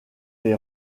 les